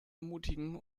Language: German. ermutigen